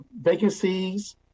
vacancies